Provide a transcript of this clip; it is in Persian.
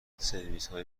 سرویسهای